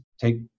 take